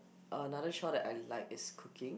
another chore that I like is cooking